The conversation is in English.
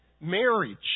marriage